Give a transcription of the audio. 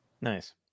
nice